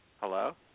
Hello